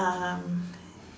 um